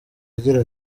agira